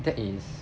that is